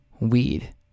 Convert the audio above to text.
weed